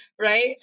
right